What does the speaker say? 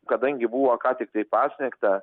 kadangi buvo ką tiktai pasnigta